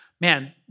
man